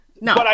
No